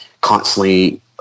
constantly